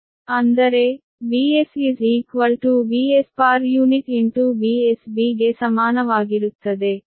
ಅಂದರೆ Vs VspuVsB ಗೆ ಸಮಾನವಾಗಿರುತ್ತದೆ